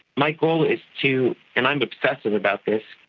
my goal is to, and i am obsessive about this,